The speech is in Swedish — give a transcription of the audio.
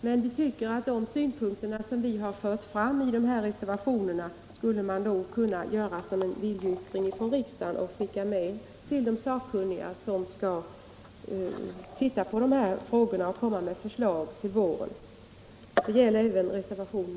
Men vi tycker att de synpunkter som vi har fört fram i reservationerna 7 och 9 skulle, som en viljeyttring från riksdagen, skickas med till de sakkunniga som skall se på dessa frågor och lägga fram förslag till våren.